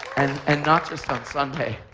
and and not just on sunday.